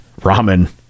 ramen